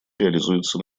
реализуется